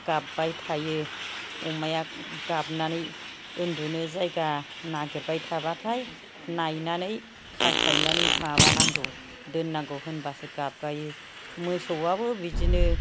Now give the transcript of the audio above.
गाबबाय थायो अमाया गाबनानै उनदुनो जायगा नागिरबाय थाबाथाय नायनानै खास्लायनानै माबानांगौ दोननांगौ होमबासो गाबगायो मोसौआबो बिदिनो